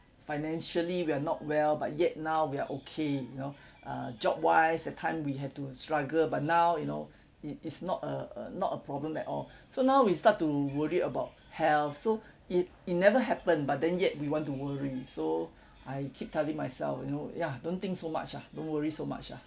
financially we're not well but yet now we're okay you know err job wise that time we have to struggle but now you know it it's not a a not a problem at all so now we start to worry about health so it it never happen but then yet we want to worry so I keep telling myself you know ya don't think so much ah don't worry so much ah